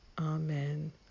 Amen